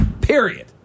Period